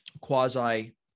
quasi